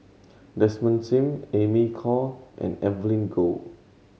Desmond Sim Amy Khor and Evelyn Goh